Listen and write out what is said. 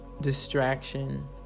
distraction